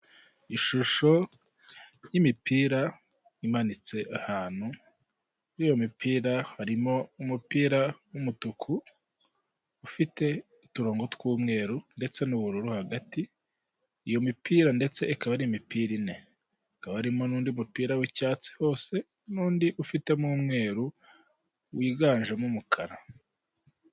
Ishusho y'imipira imanitse ahantu, kuri iyo mipira harimo umupira w'umutuku ufite uturongo tw'umweru ndetse n'ubururu hagati. Iyo mipira ndetse akaba ari imipira ine, hakaba harimo n'undi mupira w'icyatsi hose n'undi ufitemo umweru wiganjemo umukara.